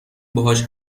باهاش